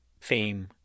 Fame